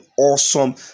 awesome